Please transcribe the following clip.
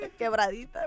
Quebradita